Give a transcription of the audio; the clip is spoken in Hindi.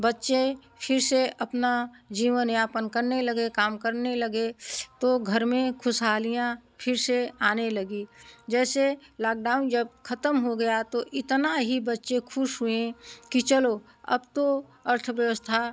बच्चे फिर से अपना जीवन यापन करने लगे काम करने लगे तो घर में खुशहालियाँ फिर से आने लगी जैसे लाकडाउन जब ख़त्म हो गया तो इतना ही बच्चे खुश हुए कि चलो अब तो अर्थव्यवस्था